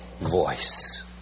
voice